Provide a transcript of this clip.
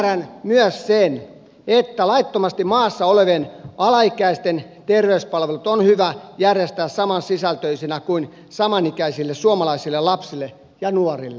ymmärrän myös sen että laittomasti maassa olevien alaikäisten terveyspalvelut on hyvä järjestää samansisältöisinä kuin samanikäisille suomalaisille lapsille ja nuorille